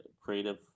creative